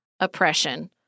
oppression